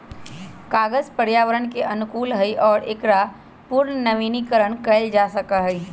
कागज पर्यावरण के अनुकूल हई और एकरा पुनर्नवीनीकरण कइल जा सका हई